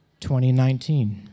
2019